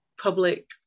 public